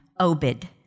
Obed